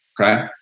okay